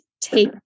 take